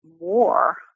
more